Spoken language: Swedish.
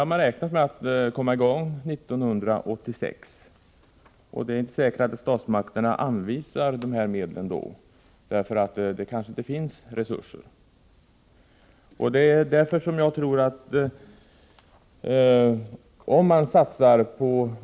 Man har räknat med att komma i gång 1986, men det är inte säkert att statsmakterna anvisar dessa medel då — kanske finns det vid den tiden inte resurser för detta.